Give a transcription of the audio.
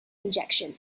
injection